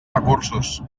recursos